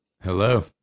Hello